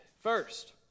First